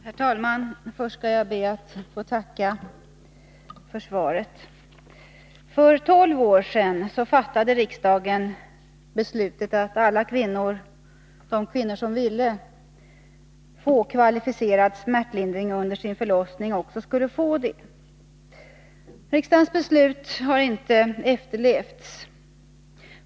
Herr talman! Först skall jag be att få tacka för svaret. För tolv år sedan fattade riksdagen beslut om att alla kvinnor som ville få kvalificerad smärtlindring under sin förlossning också skulle få det. Riksdagens beslut har inte efterlevts.